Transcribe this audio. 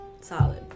solid